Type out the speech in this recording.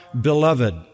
beloved